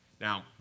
Now